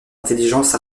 intelligence